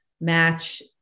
match